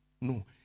no